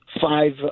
five